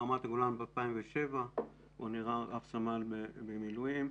ב-2007 ברמת הגולן בו נהרג רב-סמל במילואים.